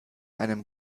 einem